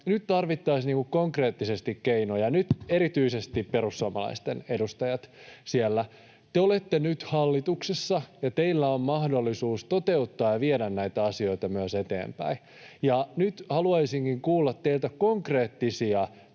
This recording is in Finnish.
nyt tarvittaisiin konkreettisesti keinoja. Nyt, erityisesti perussuomalaisten edustajat siellä, te olette nyt hallituksessa ja teillä on mahdollisuus toteuttaa ja viedä näitä asioita myös eteenpäin. Haluaisinkin kuulla teiltä konkreettisia